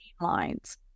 lines